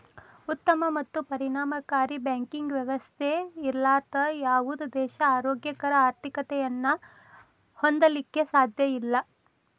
ಉತ್ತಮ ಮತ್ತು ಪರಿಣಾಮಕಾರಿ ಬ್ಯಾಂಕಿಂಗ್ ವ್ಯವಸ್ಥೆ ಇರ್ಲಾರ್ದ ಯಾವುದ ದೇಶಾ ಆರೋಗ್ಯಕರ ಆರ್ಥಿಕತೆಯನ್ನ ಹೊಂದಲಿಕ್ಕೆ ಸಾಧ್ಯಇಲ್ಲಾ